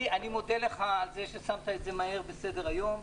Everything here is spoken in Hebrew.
אני מודה לך על זה ששמת את זה מהר על סדר-היום,